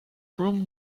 from